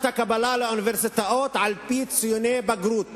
הקבלה לאוניברסיטאות על-פי ציוני בגרות